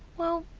well